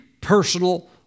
personal